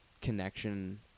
connection